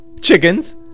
Chickens